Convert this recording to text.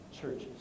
churches